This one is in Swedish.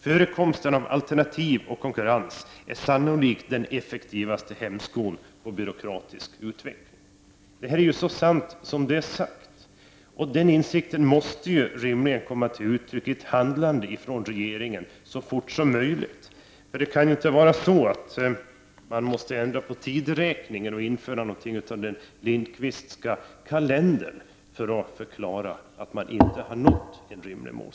Förekomsten av alternativ och konkurrens är sannolikt den effektivaste hämskon på byråkratisk utveckling.” Det här är ju så sant som det är sagt. Den insikten måste rimligen så fort som möjligt komma till uttryck i ett handlande från regeringen. Det kan inte få vara så att man måste ändra på tideräkningen och införa något av den Lindqvistska kalendern för att förklara att man inte nått ett rimligt mål.